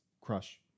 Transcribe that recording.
crush